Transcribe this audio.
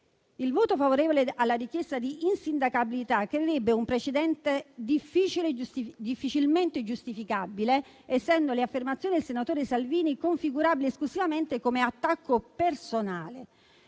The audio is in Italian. Il voto favorevole alla richiesta di insindacabilità creerebbe un precedente difficilmente giustificabile, essendo le affermazioni del senatore Salvini configurabili esclusivamente come attacco personale.